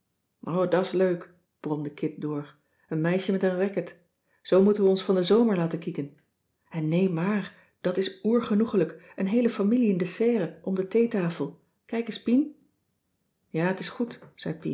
o da's leuk bromde kit door n meisje met een racket zoo moeten we ons van den zomer laten kieken en nee maar dat is oer genoegelijk een heele familie in de serre om de theetafel kijk es pien ja t is goed